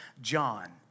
John